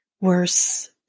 worse